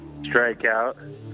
Strikeout